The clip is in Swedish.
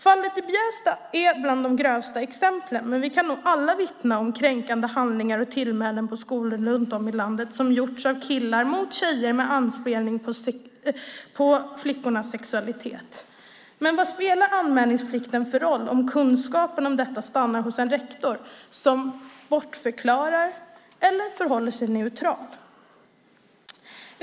Fallet i Bjästa är bland de grövsta exemplen, men vi kan nog alla vittna om kränkande handlingar och tillmälen på skolor runt om i landet som görs av killar mot tjejer med anspelning på flickornas sexualitet. Men vad spelar anmälningsplikten för roll om kunskapen om detta stannar hos en rektor som bortförklarar eller förhåller sig neutral?